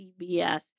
CBS